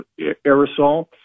aerosol